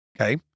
Okay